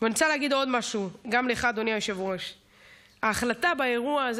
לזימי מהאופוזיציה ונורית קורן,